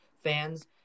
fans